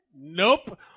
nope